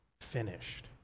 finished